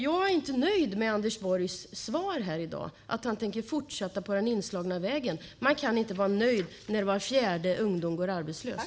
Jag är inte nöjd med Anders Borgs svar här i dag, att han tänker fortsätta på den inslagna vägen. Man kan inte vara nöjd när var fjärde ungdom går arbetslös.